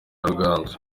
ruganzu